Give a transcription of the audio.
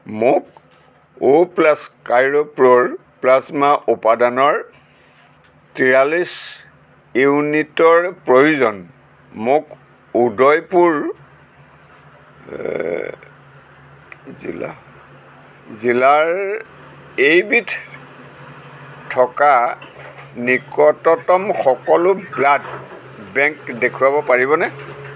মোক O plus cryo poor plasma উপাদানৰ তিৰাল্লিছ ইউনিটৰ প্ৰয়োজন মোক উদয়পুৰ জিলা জিলাৰ এইবিধ থকা নিকটতম সকলো ব্লাড বেংক দেখুৱাব পাৰিবনে